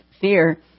fear